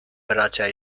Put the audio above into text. bracia